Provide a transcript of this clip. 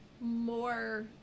more